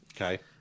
okay